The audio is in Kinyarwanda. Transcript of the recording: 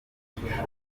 gushishoza